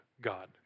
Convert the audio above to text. God